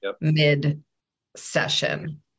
mid-session